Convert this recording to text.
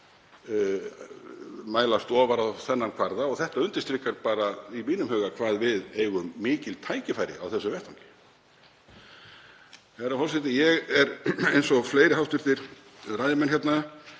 mælast ofar á þeim kvarða og það undirstrikar bara í mínum huga hvað við eigum mikil tækifæri á þessum vettvangi. Herra forseti. Ég er eins og fleiri hv. ræðumenn hérna